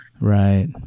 Right